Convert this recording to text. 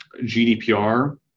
GDPR